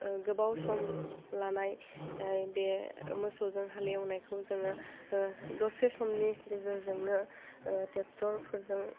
गोबाव सम लानाय ओइ बे मोसौजों हालेवनायखौ जोङो दसे समनि गेजेरजोंनो ट्रेक्ट'रफोरजों